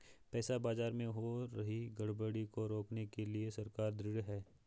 पैसा बाजार में हो रही गड़बड़ी को रोकने के लिए सरकार ढृढ़ है